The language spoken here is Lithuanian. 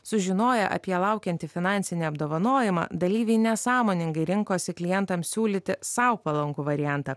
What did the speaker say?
sužinoję apie laukiantį finansinį apdovanojimą dalyviai nesąmoningai rinkosi klientam siūlyti sau palankų variantą